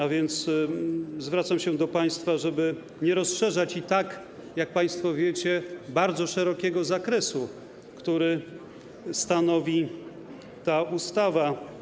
A więc zwracam się do państwa, żeby nie rozszerzać i tak, jak państwo wiecie, bardzo szerokiego zakresu, który obejmuje ta ustawa.